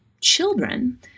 children